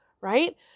right